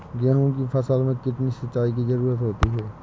गेहूँ की फसल में कितनी सिंचाई की जरूरत होती है?